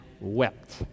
wept